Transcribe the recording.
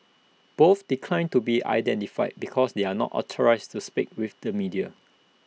both declined to be identified because they are not authorised to speak with the media